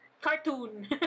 cartoon